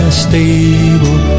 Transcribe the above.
stable